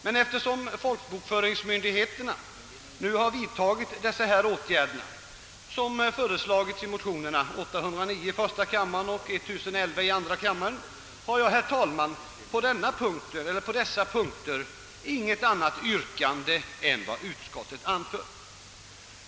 Men eftersom folkbokföringsmyndigheten nu vidtagit de åtgärder som föreslagits i motionerna I: 809 och II: 1011 har jag, herr talman, på dessa punkter inget annat yrkande än utskottets.